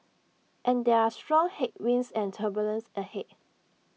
and there are strong headwinds and turbulence ahead